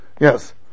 yes